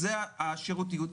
זאת השרירותיות.